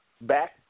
back